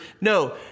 No